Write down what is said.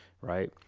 right